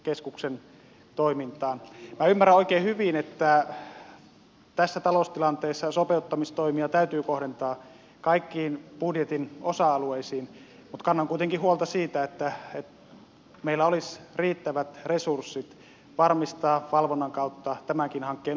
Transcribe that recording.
minä ymmärrän oikein hyvin että tässä taloustilanteessa sopeuttamistoimia täytyy kohdentaa kaikkiin budjetin osa alueisiin mutta kannan kuitenkin huolta siitä että meillä olisi riittävät resurssit varmistaa valvonnan kautta tämänkin hankkeen onnistuminen